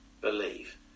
believe